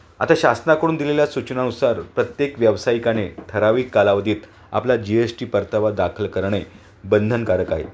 आता शासनाकडून दिलेल्या सूचनानुसार प्रत्येक व्यावसायिकाने ठराविक कालावधीत आपला जी एस टी परतावा दाखल करणे बंधनकारक आहे